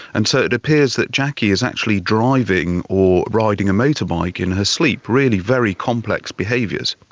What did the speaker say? and so it appears that jackie is actually driving or riding a motorbike in her sleep, really very complex behaviours.